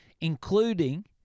including